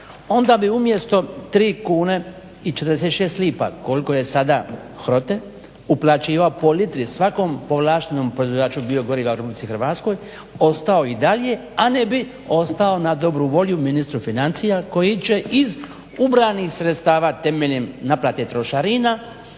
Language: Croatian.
onda bi umjesto 3,46 kune koliko je sada HROTE uplaćivao po litri svakom povlaštenom proizvođaču biogoriva u Republici Hrvatskoj ostao i dalje, a ne bi ostao na dobru volju ministru financija koji će iz ubranih sredstava temeljem naplate trošarina